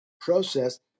process